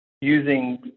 using